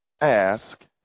ask